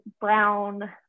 brown